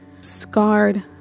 scarred